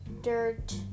dirt